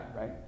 right